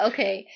Okay